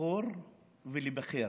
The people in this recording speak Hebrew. לבחור ולהיבחר.